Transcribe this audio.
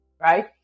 right